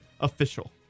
official